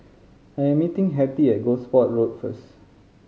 I am meeting Hetty at Gosport Road first